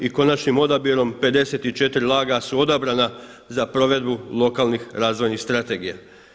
I konačnim odabirom 54 LAG-a su odabrana za provedbu lokalnih razvojnih strategija.